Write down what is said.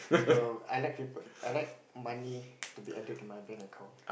the I like people I like money to be added to my bank account